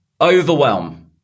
overwhelm